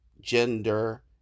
gender